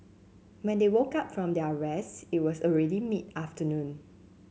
when they woke up from their rest it was already mid afternoon